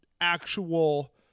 actual